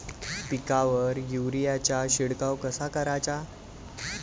पिकावर युरीया चा शिडकाव कसा कराचा?